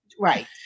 Right